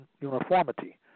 uniformity